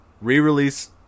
re-release